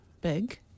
big